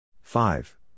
five